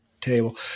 table